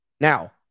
Now